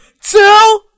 Two